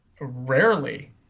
Rarely